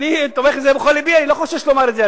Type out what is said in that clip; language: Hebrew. אני תומך בזה בכל לבי, אני לא חושש לומר את זה.